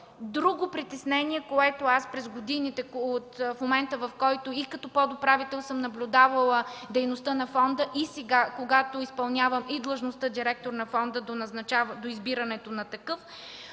Друго притеснение, което аз през годините, в които и като подуправител съм наблюдавала дейността на фонда, и сега, когато изпълнявам и длъжността директор на фонда до избирането на такъв,